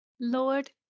Lord